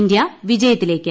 India വിജയത്തിലേക്ക്